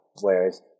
Whereas